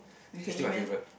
it's still my favourite